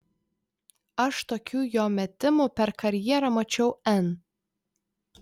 aš tokių jo metimų per karjerą mačiau n